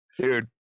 Dude